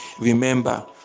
Remember